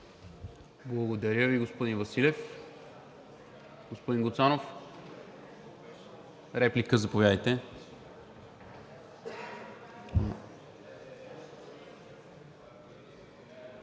Благодаря Ви, господин Василев. Господин Гуцанов, заповядайте